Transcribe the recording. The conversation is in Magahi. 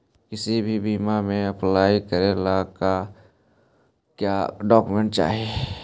किसी भी बीमा में अप्लाई करे ला का क्या डॉक्यूमेंट चाही?